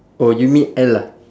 oh you mean L ah